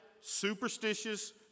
superstitious